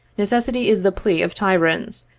necessity is the plea of tyrants,